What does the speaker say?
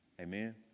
Amen